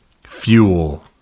fuel